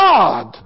God